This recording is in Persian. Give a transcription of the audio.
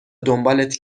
دنبالت